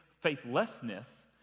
faithlessness